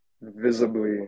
visibly